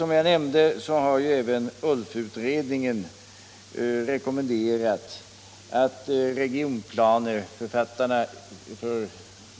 Som jag nämnde har även ULF-utredningen rekommen = holm-Arlanda derat författarna av regionplanen för